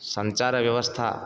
सञ्चारव्यवस्था